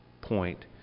point